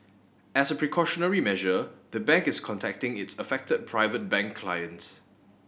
as a precautionary measure the bank is contacting its affected Private Bank clients